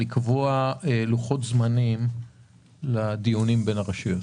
לקבוע לוחות זמנים לדיונים בין הרשויות.